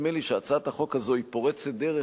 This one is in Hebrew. נדמה לי שהצעת החוק הזאת פורצת דרך,